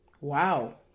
Wow